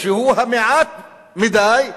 שהוא המעט-מדי,